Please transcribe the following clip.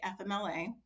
fmla